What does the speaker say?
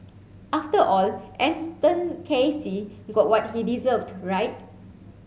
after all Anton Casey got what he deserved right